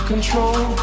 Control